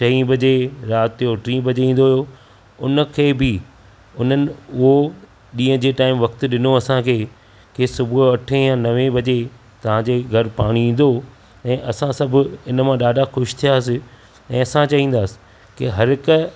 चईं बजे राति जो टीं बजे ईन्दो हो उन खे बि हुननि उहो ॾींहं जे टाइम वक़्तु ॾिनो असांखे कि सुबुह जो अठें या नवे बजे तव्हां जे घरु पाणी ईंदो ऐं असां सभु इन मां ॾाढा खुश थियासीं ऐं असां चाहींदासि के हर हिक